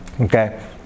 Okay